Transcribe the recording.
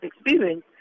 experience